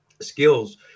skills